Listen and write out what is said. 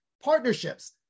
partnerships